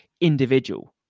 individual